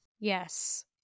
Yes